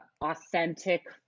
authentic